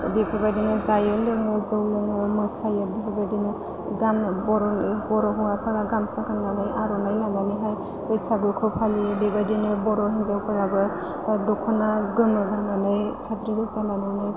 बेफोरबायदिनो जायो लोङो जौ लोङो मोसायो बेफोरबायदिनो बर'नि बर' हौवाफोरा गामसा गाननानै आर'नाइ लानानैहाय बैसागुखौ बेबायदिनो बर' हिनजावफोराबो दख'ना गोमो गाननानै साद्रि गोजा लानानै